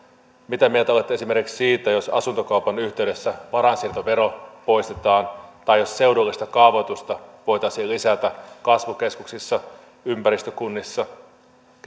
mitä mieltä olette esimerkiksi siitä jos asuntokaupan yhteydessä varainsiirtovero poistetaan tai jos seudullista kaavoitusta voitaisiin lisätä kasvukeskuksissa ympäristökunnissa